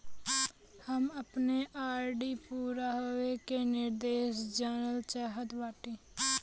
हम अपने आर.डी पूरा होवे के निर्देश जानल चाहत बाटी